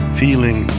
feeling